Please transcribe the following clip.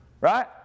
right